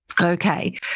Okay